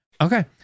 Okay